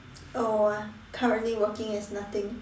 oh uh currently working as nothing